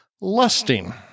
Lusting